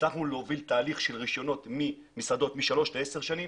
הצלחנו להוביל תהליך של רישיונות למסעדות משלוש לעשר שנים.